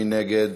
מי נגד?